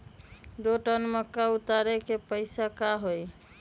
दो टन मक्का उतारे के पैसा का होई?